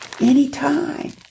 anytime